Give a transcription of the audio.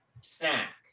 Snack